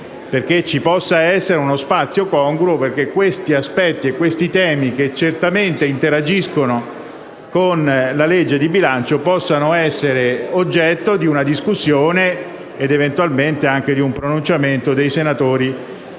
possa esserci uno spazio congruo affinché questi aspetti e questi temi, che certamente interagiscono con la legge di bilancio, possano essere oggetto di una discussione ed eventualmente anche di un pronunciamento dei senatori